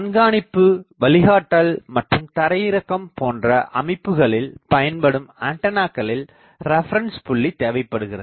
கண்காணிப்பு வழிகாட்டல் மற்றும் தரை இறக்கம் போன்ற அமைப்புகளில் பயன்படும் ஆண்டனாக்களில் ரெபரன்ஸ் புள்ளி தேவைப்படுகிறது